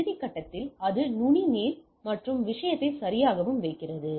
இறுதி கட்டத்தில் அது நுனி மேல் மற்றும் விஷயத்தை சரியாக வைக்கவும்